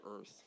earth